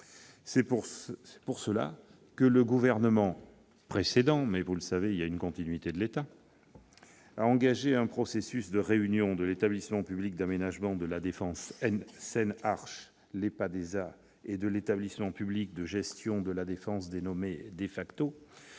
C'est pourquoi le précédent gouvernement- comme vous le savez, il y a une continuité de l'État -a engagé un processus de réunion de l'établissement public d'aménagement de La Défense Seine Arche, l'EPADESA, et de l'établissement public de gestion de La Défense, dénommé Defacto,